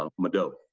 ah mado!